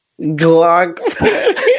Glock